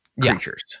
creatures